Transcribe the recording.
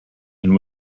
and